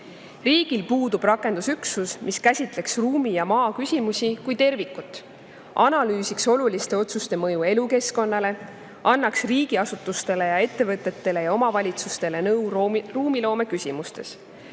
Riigil puudub rakendusüksus, mis käsitleks ruumi- ja maaküsimusi kui tervikut, analüüsiks oluliste otsuste mõju elukeskkonnale, annaks riigiasutustele, ettevõtjatele ja omavalitsustele nõu ruumiloomeküsimustes,